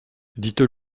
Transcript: dites